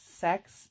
sex